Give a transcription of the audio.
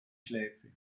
schläfe